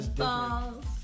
balls